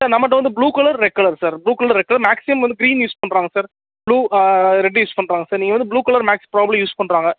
sir நம்மகிட்ட வந்து blue colour red colour sir blue colour red colour maximum வந்து green use பண்ணுறாங்க sir blue red use பண்ணுறாங்க sir நீங்கள் வந்து ப்ளூ கலர் மேக்சிமம் யூஸ் பண்ணுறாங்க